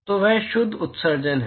तो वह शुद्ध उत्सर्जन है